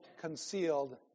concealed